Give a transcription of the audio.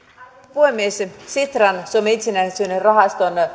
puhemies sitran suomen itsenäisyyden rahaston